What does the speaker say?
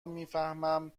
میفهمم